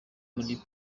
muri